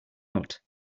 lot